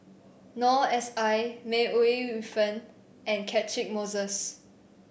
Noor S I May Ooi Yu Fen and Catchick Moses